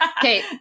okay